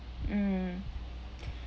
mm